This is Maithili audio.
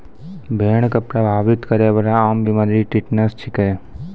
भेड़ क प्रभावित करै वाला आम बीमारी टिटनस छिकै